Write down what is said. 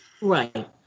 Right